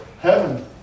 heaven